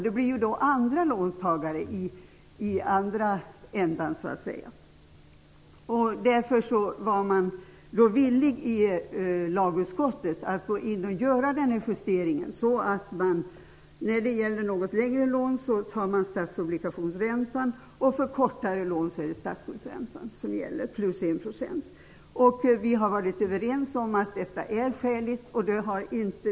Det blir ju då de andra låntagarna i andra ändan så att säga som får betala. Därför var man i lagutskottet villig att göra en justering här så att man när det gäller något längre lån väljer statsobligationsräntan. För kortare lån är det statsskuldsräntan som gäller plus 1 %. Vi har varit överens om att detta är skäligt.